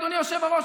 אדוני היושב-ראש,